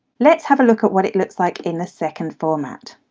let's have a look at what it looks like in the second format.